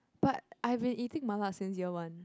but I've been eating mala since year one